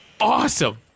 Awesome